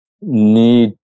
need